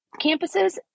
campuses